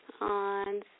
on